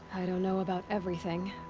i don't know about everything.